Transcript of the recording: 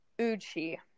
uchi